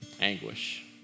anguish